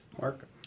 mark